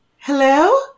Hello